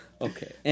Okay